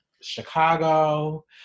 Chicago